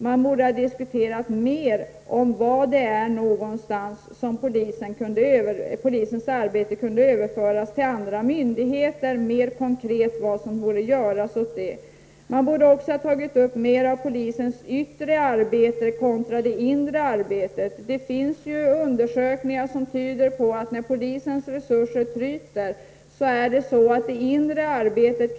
Man borde ha diskuterat mer om var polisens arbete kunde överföras till andra myndigheter och vad som mer konkret borde göras åt det. Man borde också ha tagit upp mer av polisens yttre arbete kontra det inre arbetet. Det finns ju undersökningar som tyder på att där polisens resurser tryter förändras knappast det inre arbetet.